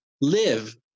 live